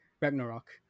Ragnarok